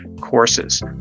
courses